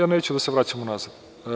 Ali, neću da se vraćam unazad.